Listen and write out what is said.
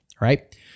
right